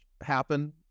happen